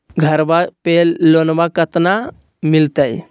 घरबा पे लोनमा कतना मिलते?